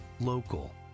local